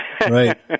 Right